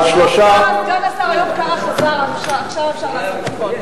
סגן השר איוב קרא חזר, עכשיו אפשר לעשות הכול.